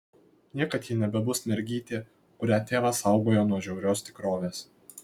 niekad ji nebebus mergytė kurią tėvas saugojo nuo žiaurios tikrovės